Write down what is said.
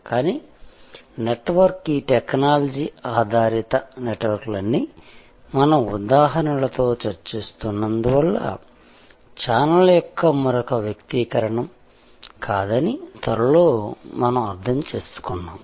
కానీ నెట్వర్క్ ఈ టెక్నాలజీ ఆధారిత నెట్వర్క్లన్నీ మనం ఉదాహరణలతో చర్చిస్తున్నందున ఛానెల్ల యొక్క మరొక వ్యక్తీకరణం కాదని త్వరలో మనం అర్థం చేసుకున్నాము